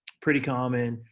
pretty common,